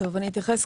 אז אני אתייחס.